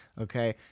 Okay